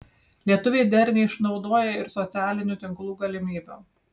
lietuviai dar neišnaudoja ir socialinių tinklų galimybių